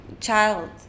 child